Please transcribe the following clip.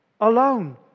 alone